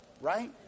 right